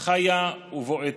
חיה ובועטת.